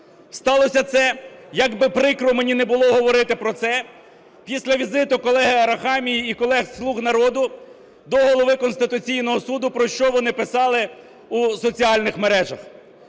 Сталося це, як би прикро мені не було говорити про це, після візиту колеги Арахамії і колег "слуг народу" до Голови Конституційного Суду, про що вони писали у соціальних мережах.